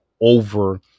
over